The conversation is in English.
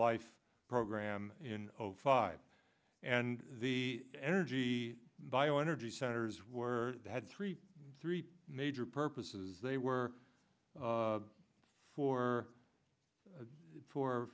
life program in zero five and the energy bio energy centers were had three three major purposes they were for for